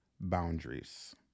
boundaries